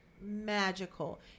magical